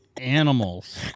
animals